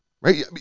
right